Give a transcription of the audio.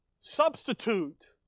substitute